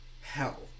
hell